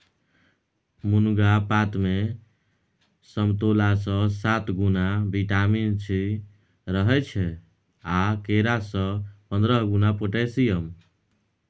मुनगा पातमे समतोलासँ सात गुणा बिटामिन सी रहय छै आ केरा सँ पंद्रह गुणा पोटेशियम